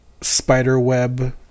Spiderweb